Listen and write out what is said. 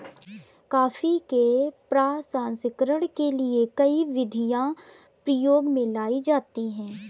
coffee के प्रसंस्करण के लिए कई विधियां प्रयोग में लाई जाती हैं